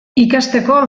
ikasteko